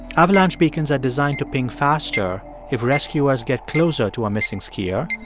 avalanche beacons are designed to ping faster if rescuers get closer to a missing skier.